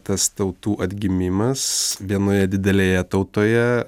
tas tautų atgimimas vienoje didelėje tautoje